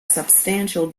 substantial